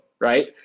right